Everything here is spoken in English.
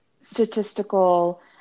statistical